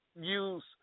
use